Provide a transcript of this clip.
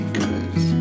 cause